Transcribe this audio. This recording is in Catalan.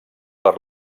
per